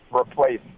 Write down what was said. replace